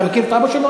אתה מכיר את אבא שלו?